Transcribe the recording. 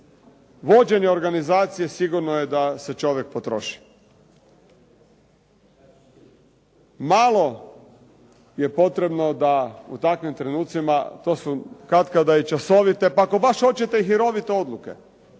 vođenja organizacije, sigurno je da se čovjek potroši. Malo je potrebno da u takvim trenucima, a to su katkada i časovite pa i ako baš hoćete hirovite odluke.